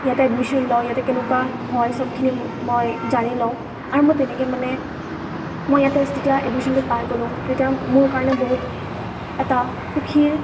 ইয়াত এডমিচন লওঁ ইয়াতে কেনেকুৱা হয় সবখিনি মই জানি লওঁ আৰু মই কেনেকৈ মানে মই ইয়াতে যেতিয়া এডমিচনটো পাই গ'লোঁ তেতিয়া মোৰ কাৰণে বহুত এটা সুখী